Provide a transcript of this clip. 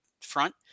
front